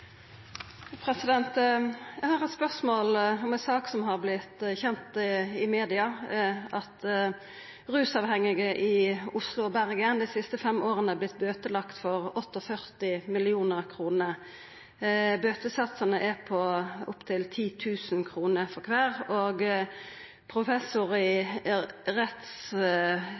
Eg har eit spørsmål om ei sak som har vorte kjend i media, at rusavhengige i Oslo og Bergen dei siste fem åra har vorte bøtelagde for 48 mill. kr. Bøtesatsane er på opp til 10 000 kr for kvar. Ein professor i